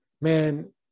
man